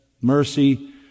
mercy